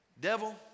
devil